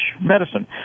medicine